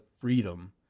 freedom